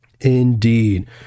indeed